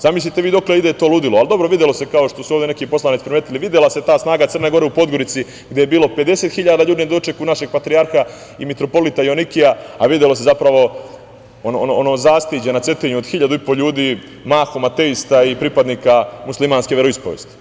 Zamislite dokle ide to ludilo, ali dobro, videla se, kao što su ovde neki poslanici primetili, ta snaga Crne Gore u Podgorici gde je bilo 50.000 ljudi na dočeku našeg patrijarha i mitropolita Joanikija, a videlo se zapravo ono zastiđe na Cetinju od 1.500 ljudi, mahom ateista i pripadnika muslimanske veroispovesti.